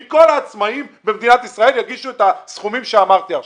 אם כל העצמאים במדינת ישראל יגישו את הסכומים שאמרתי עכשיו.